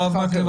הרב מקלב,